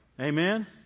Amen